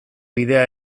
bidea